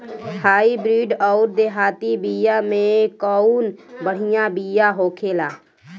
Hybrid अउर देहाती बिया मे कउन बढ़िया बिया होखेला?